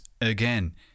again